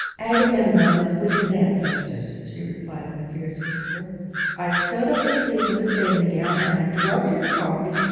agamemnon is with his ancestors she replied in a fierce whisper i sewed up the sleeves of his bathing-gown and i drugged his coffee,